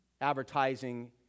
advertising